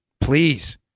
Please